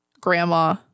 grandma